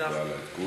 תודה על העדכון.